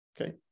Okay